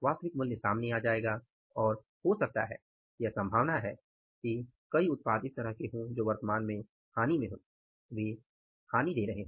वास्तविक मूल्य सामने आ आएगा और हो सकता है यह संभावना है कि कई उत्पाद इस तरह के हों जो वर्तमान मामले में हानि में है